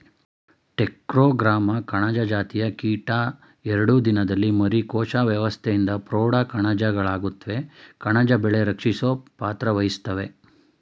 trichogramma ಕಣಜ ಜಾತಿಯ ಕೀಟ ಎರಡು ದಿನದಲ್ಲಿ ಮರಿ ಕೋಶಾವಸ್ತೆಯಿಂದ ಪ್ರೌಢ ಕಣಜಗಳಾಗುತ್ವೆ ಕಣಜ ಬೆಳೆ ರಕ್ಷಿಸೊ ಪಾತ್ರವಹಿಸ್ತವೇ